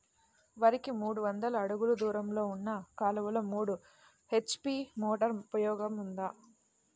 వరికి మూడు వందల అడుగులు దూరంలో ఉన్న కాలువలో మూడు హెచ్.పీ మోటార్ ఉపయోగపడుతుందా?